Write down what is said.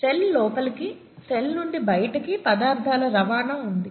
cell లోపలికి cell నుండి బయటకి పదార్ధాల రవాణా ఉంది